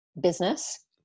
business